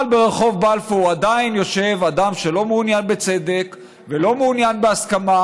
אבל ברחוב בלפור עדיין יושב אדם שלא מעוניין בצדק ולא מעוניין בהסכמה,